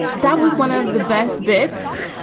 that was one of the best bits,